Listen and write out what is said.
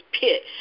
pit